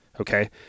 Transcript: okay